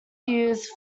used